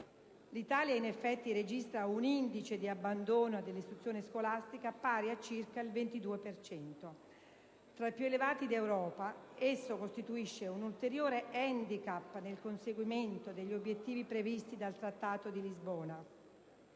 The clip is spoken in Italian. L'Italia registra in effetti un indice di abbandono dell'istruzione scolastica pari a circa il 22 per cento, tra i più elevati d'Europa. Esso costituisce un ulteriore handicap nel conseguimento degli obiettivi previsti dal Trattato di Lisbona: